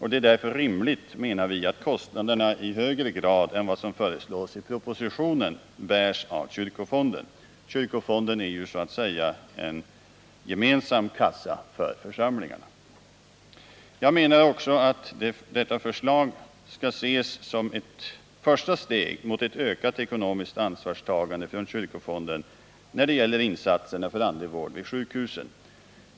Det är därför rimligt, menar vi, att kostnaderna i högre grad än vad som föreslås i propositionen bärs av kyrkofonden. Kyrkofonden utgör ju så att säga en gemensam kassa för församlingarna. Jag menar också att detta förslag skall ses som ett första steg mot ett ökat ekonomiskt ansvarstagande från kyrkofonden när det gäller insatserna för andlig vård vid sjukhusen.